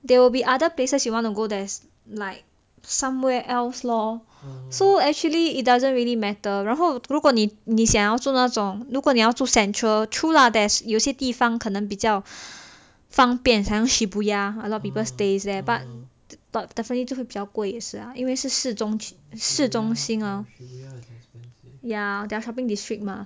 there will be other places you want to go there's like somewhere else lor so actually it doesn't really matter 然后如果你你想要做那种如果你要住 central true lah there's 有些地方可能比较方便 like shibuya a lot of people stays there but definitely 就会比较贵是啊因为是市中心市中心啊 ya their shopping district mah